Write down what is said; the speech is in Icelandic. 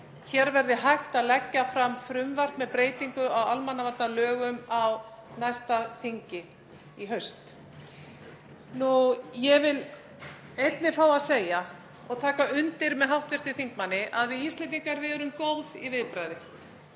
hér verði hægt að leggja fram frumvarp með breytingu á almannavarnalögum á næsta þingi, í haust. Ég vil einnig fá að segja, og taka undir með hv. þingmanni, að við Íslendingar erum góð í viðbragði